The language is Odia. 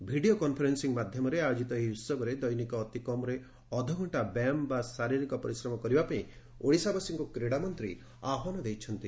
ଭିଡ଼ିଓ କନ୍ଫରେନ୍ନିଂ ମାଧ୍ଧମରେ ଆୟୋଜିତ ଏହି ଉସବରେ ଦୈନିକ ଅତି କମ୍ରେ ଅଧ ଘଣ୍ଜା ବ୍ୟାୟାମ ବା ଶାରିରୀକ ପରିଶ୍ରମ କରିବା ପାଇଁ ଓଡ଼ିଶାବାସୀଙ୍କୁ କ୍ରୀଡ଼ାମନ୍ତୀ ଆହ୍ୱାନ ଦେଇଛନ୍ତି